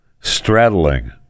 straddling